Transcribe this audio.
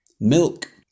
milk